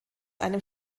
einem